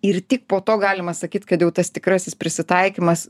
ir tik po to galima sakyt kad jau tas tikrasis prisitaikymas